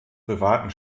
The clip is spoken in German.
privaten